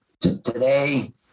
today